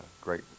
great